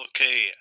Okay